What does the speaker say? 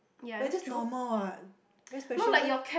we're just normal what very special meh